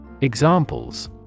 Examples